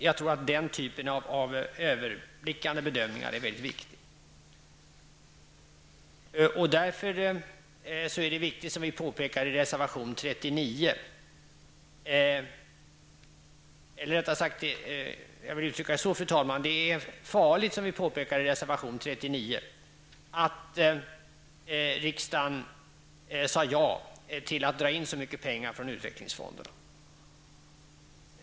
Jag tror att den typen av överblickande bedömningar är väldigt viktiga. Som vi påpekar i reservation 39 är det farligt att som riksdagen gjorde säga ja till att dra in så mycket pengar från utvecklingsfonderna.